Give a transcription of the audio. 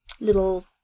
little